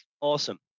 Awesome